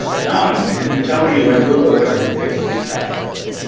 john, can you tell me when google is going to fix the cache error?